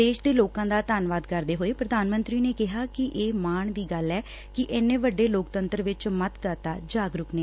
ਦੇਸ਼ ਦੇ ਲੋਕਾਂ ਦਾ ਧੰਨਵਾਦ ਕਰਦੇ ਹੋਏ ਪੁਧਾਨ ਮੰਤਰੀ ਨੇ ਕਿਹਾ ਕਿ ਇਹ ਮਾਣ ਦੀ ਗੱਲ ਏ ਕਿ ਇੰਨੇ ਵੱਡੇ ਲੋਕਤੰਤਰ ਵਿਚ ਮਤਦਾਤਾ ਜਾਗਰੁਕ ਨੇ